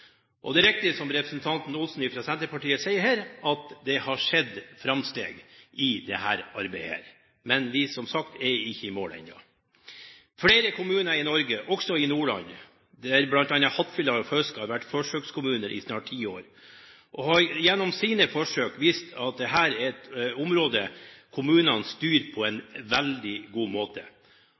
forsøk. Det er riktig som representanten Knut Magnus Olsen fra Senterpartiet sier her, at det har skjedd fremskritt i dette arbeidet. Men vi er som sagt ikke i mål ennå. Flere kommuner i Norge – også i Nordland, der bl.a. Hattfjelldal og Fauske har vært forsøkskommuner i snart ti år – har gjennom sine forsøk vist at dette er et område som kommunene styrer på en veldig god måte.